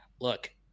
look